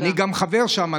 ואני גם חבר שם,